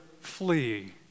flee